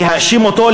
להאשים אותו,